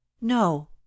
No